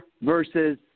versus